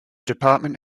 department